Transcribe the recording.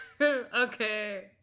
okay